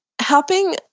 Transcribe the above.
helping